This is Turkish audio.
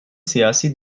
siyasi